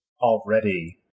Already